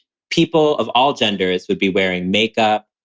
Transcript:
people of all genders would be wearing makeup,